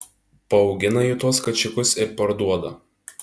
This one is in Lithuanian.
paaugina ji tuos kačiukus ir parduoda